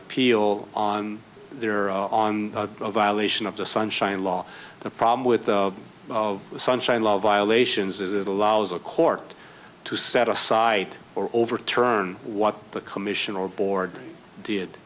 appeal on their on a violation of the sunshine law the problem with the sunshine law violations is it allows a court to set aside or overturn what the commission or board did